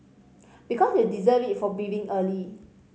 because you deserve it for being early